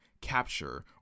capture